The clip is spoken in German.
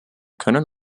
können